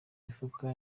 mifuka